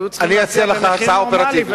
היו צריכים להציע במחיר נורמלי,